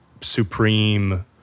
supreme